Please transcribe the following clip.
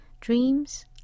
Dreams